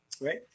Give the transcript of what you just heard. Right